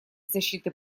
защиты